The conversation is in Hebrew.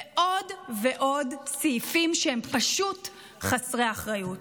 ועוד ועוד סעיפים שהם פשוט חסרי אחריות.